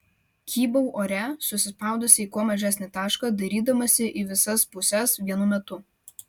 kybau ore susispaudusi į kuo mažesnį tašką dairydamasi į visas puses vienu metu